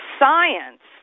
science